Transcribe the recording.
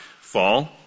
fall